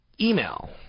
Email